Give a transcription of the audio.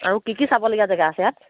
আৰু কি কি চাবলগীয়া জেগা আছে ইয়াত